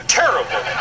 terrible